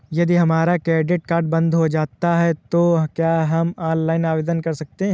यदि हमारा credit card बंद हो जाता है तो क्या हम ऑनलाइन आवेदन कर सकते हैं?